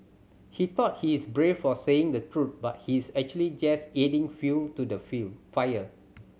he thought he is brave for saying the truth but he is actually just adding fuel to the fuel fire